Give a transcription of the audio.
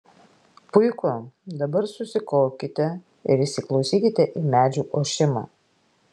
puiku dabar susikaupkite ir įsiklausykite į medžių ošimą